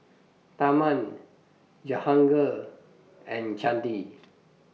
Tharman Jehangirr and Chandi